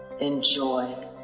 Enjoy